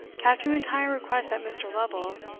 captain m'intyre requests that mr. lovel,